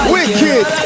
Wicked